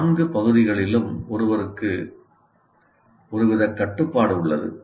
நான்கு பகுதிகளிலும் அவருக்கு ஒருவித கட்டுப்பாடு உள்ளது